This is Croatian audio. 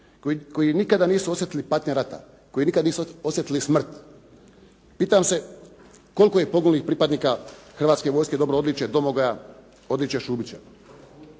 koji nikada nisu osjetili patnje rata, koji nikad nisu osjetili smrt. Pitam se koliko je poginulih pripadnika Hrvatske vojske dobilo odličje "Domagoja", odličje "Šubića"?